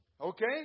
Okay